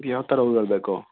ಯಾವ ಥರ ಹೂಗಳ್ ಬೇಕು